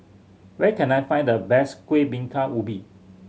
where can I find the best Kueh Bingka Ubi